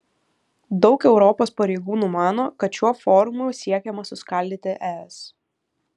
daug europos pareigūnų mano kad šiuo forumu siekiama suskaldyti es